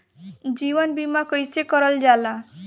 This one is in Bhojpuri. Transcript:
जीवन बीमा कईसे करल जाला?